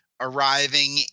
arriving